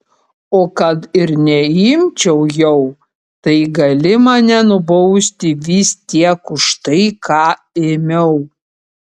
o kad ir neimčiau jau tai gali mane nubausti vis tiek už tai ką ėmiau